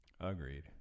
agreed